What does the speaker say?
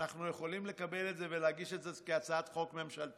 אנחנו יכולים לקבל את זה ולהגיש את זה כהצעת חוק ממשלתית?